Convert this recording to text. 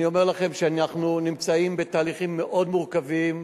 אני אומר לכם שאנחנו נמצאים בתהליכים מאוד מורכבים